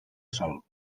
sol